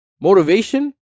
motivation